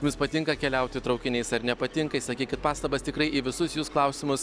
jums patinka keliauti traukiniais ar nepatinka išsakykit pastabas tikrai į visus jus klausimus